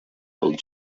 holy